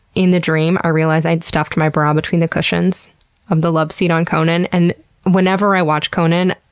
in the dream, i realized i had stuffed my bra between the cushions of the loveseat on conan. and whenever i watch conan,